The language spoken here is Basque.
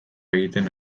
egiten